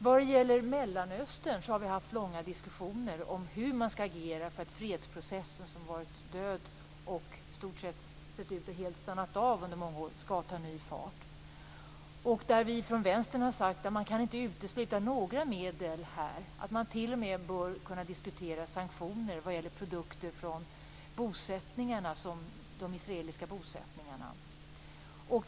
Vad gäller Mellanöstern har vi haft långa diskussioner om hur man skall agera för att fredsprocessen som i stort sett ut att ha varit död och helt stannat av under många år skall ta ny fart. Vi från Vänstern har sagt att man inte kan utesluta några medel. Man bör t.o.m. kunna diskutera sanktioner vad gäller produkter från de israeliska bosättningarna.